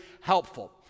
helpful